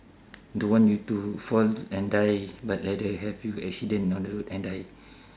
don't want you to fall and die but rather have you accident on the road and die